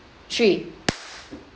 three